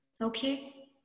Okay